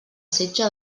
setge